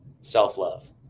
self-love